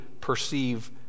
perceive